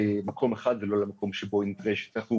למקום אחד ולא למקום שבו היא נדרשת.